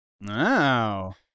Wow